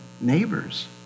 neighbors